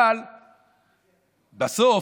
אבל בסוף,